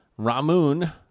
Ramun